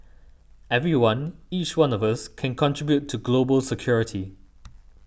everyone each one of us can contribute to global security